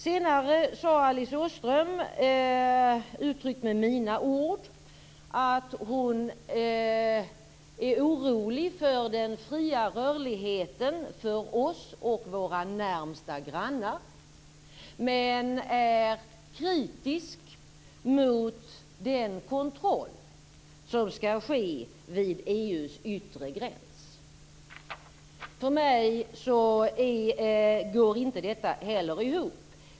Senare sade Alice Åström, uttryckt med mina ord, att hon är orolig för den fria rörligheten för oss och våra närmaste grannar men kritisk mot den kontroll som skall ske vid EU:s yttre gräns. För mig går inte detta ihop.